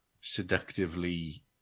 seductively